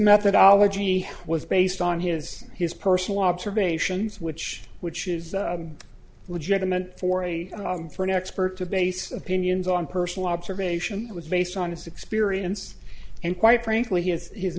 methodology how was based on his his personal observations which which is legitimate for a for an expert to base opinions on personal observation it was based on his experience and quite frankly he has his